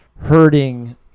hurting